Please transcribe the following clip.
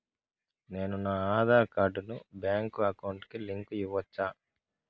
నేను నా ఆధార్ కార్డును బ్యాంకు అకౌంట్ కి లింకు ఇవ్వొచ్చా?